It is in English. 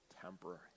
temporary